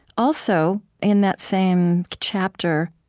also, in that same chapter,